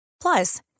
Plus